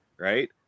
Right